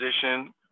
position